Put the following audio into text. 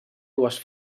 dues